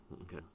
Okay